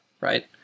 Right